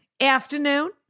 afternoon